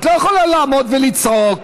אתה שקרן.